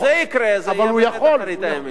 כשזה יקרה זה יהיה באמת אחרית הימים.